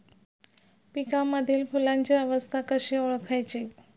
पिकांमधील फुलांची अवस्था कशी ओळखायची?